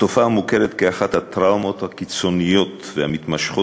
התופעה מוכרת כאחת הטראומות הקיצוניות והמתמשכות